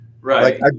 right